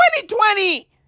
2020